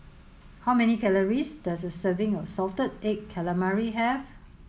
how many calories does a serving of salted egg calamari have